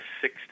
six